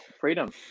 freedom